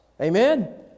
Amen